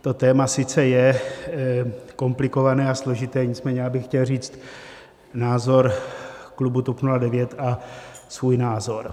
To téma sice je komplikované a složité, nicméně já bych chtěl říct názor klubu TOP 09 a svůj názor.